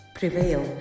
Prevail